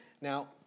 Now